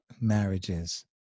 marriages